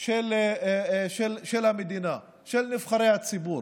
של המדינה, של נבחרי הציבור: